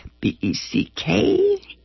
B-E-C-K